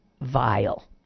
vile